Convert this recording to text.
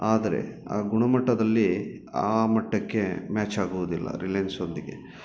ಆದರೆ ಆ ಗುಣಮಟ್ಟದಲ್ಲಿ ಆ ಮಟ್ಟಕ್ಕೆ ಮ್ಯಾಚ್ ಆಗೋದಿಲ್ಲ ರಿಲಯನ್ಸ್ ಒಂದಿಗೆ